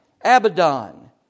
Abaddon